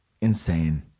insane